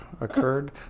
occurred